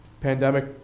Pandemic